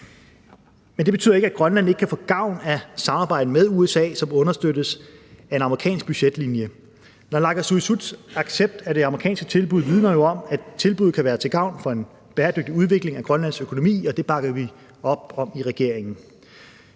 Men det betyder ikke, at Grønland ikke kan få gavn af samarbejdet med USA, som understøttes af en amerikansk budgetlinje. Naalakkersuisuts accept af det amerikanske tilbud vidner jo om, at tilbuddet kan være til gavn for en bæredygtig udvikling af Grønlands økonomi, og det bakker vi op om i regeringen.